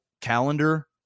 calendar